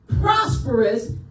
prosperous